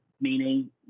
meaning